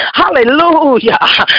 hallelujah